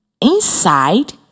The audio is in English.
Inside